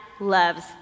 loves